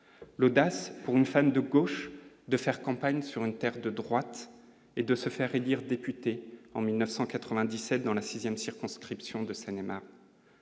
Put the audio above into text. l'audace pour une femme de gauche de faire campagne sur une terre de droite et de se faire élire député en 1997 dans la 6ème circonscription de